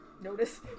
notice